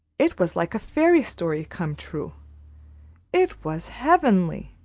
it was like a fairy story come true it was heavenly.